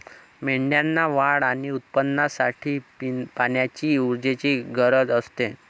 मेंढ्यांना वाढ आणि उत्पादनासाठी पाण्याची ऊर्जेची गरज असते